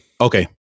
Okay